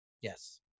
Yes